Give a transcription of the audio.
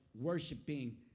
worshiping